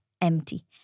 empty